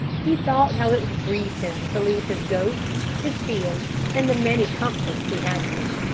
he thought how it would grieve him to leave his goats, his fields, and the many comforts he had here.